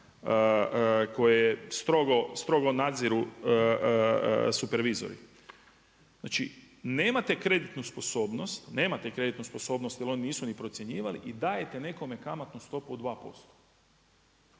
koje strogo nadziru supervizori. Znači nemate kreditnu sposobnost, nemate kreditnu sposobnost jer oni nisu ni procjenjivani i dajete nekome kamatnu stopu od 2%.